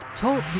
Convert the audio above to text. Talk